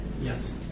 Yes